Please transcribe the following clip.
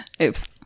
Oops